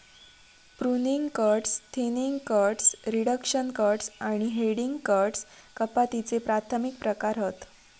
pruning cuts, thinning cuts, reduction cuts आणि heading cuts कपातीचे प्राथमिक प्रकार हत